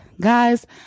guys